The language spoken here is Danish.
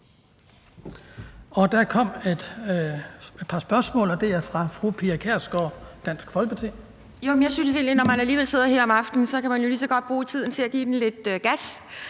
Der kom et spørgsmål, og det er fra fru Pia Kjærsgaard, Dansk Folkeparti.